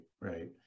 right